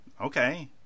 okay